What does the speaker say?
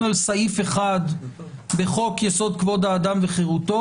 על סעיף אחד בחוק יסוד כבוד האדם וחירותו,